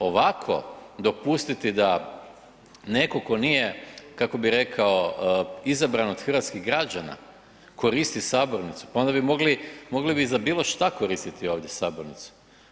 Ovako dopustiti da netko tko nije, kako bih rekao, izabran od hrvatskih građana, koristi sabornicu, pa onda bi mogli za bilo što koristiti ovdje sabornicu.